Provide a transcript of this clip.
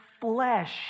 flesh